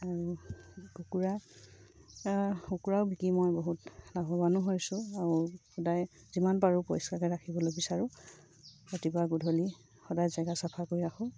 আৰু কুকুৰা কুকুৰাও বিকি মই বহুত লাভৱানো হৈছোঁ আৰু সদায় যিমান পাৰোঁ পৰিষ্কাৰকৈ ৰাখিবলৈ বিচাৰোঁ ৰাতিপুৱা গধূলি সদায় জেগা চফা কৰি ৰাখোঁ